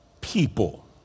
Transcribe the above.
people